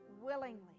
willingly